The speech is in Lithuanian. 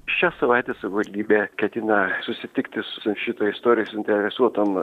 šią savaitę savivaldybė ketina susitikti su šita istorijos suinteresuotom